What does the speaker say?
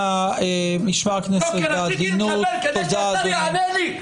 שהשר יענה לי,